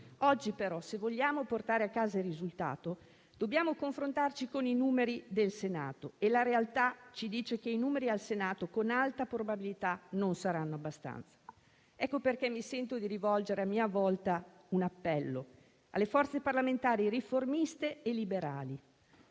Oggi, però, se vogliamo portare a casa il risultato, dobbiamo confrontarci con i numeri del Senato e la realtà ci dice che i numeri al Senato, con alta probabilità, non saranno abbastanza. Ecco perché mi sento di rivolgere a mia volta un appello alle forze parlamentari riformiste e liberali: